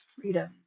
freedom